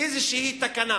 איזו תקנה